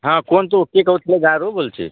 ହଁ କୁହନ୍ତୁ କିଏ କହୁଥିଲେ ଗାଁରୁ ବୋଲଛି